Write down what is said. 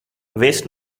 waste